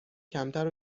کمتر